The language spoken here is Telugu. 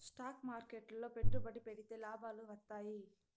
స్టాక్ మార్కెట్లు లో పెట్టుబడి పెడితే లాభాలు వత్తాయి